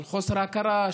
של חוסר הכרה,